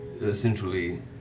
essentially